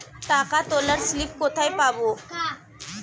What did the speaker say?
টাকা তোলার স্লিপ কোথায় পাব?